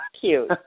cute